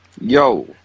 Yo